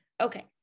Okay